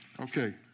Okay